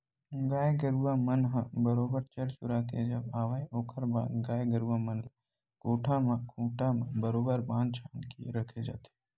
गाय गरुवा मन ह बरोबर चर चुरा के जब आवय ओखर बाद गाय गरुवा मन ल कोठा म खूंटा म बरोबर बांध छांद के रखे जाथे